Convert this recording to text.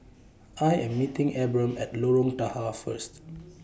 I Am meeting Abram At Lorong Tahar First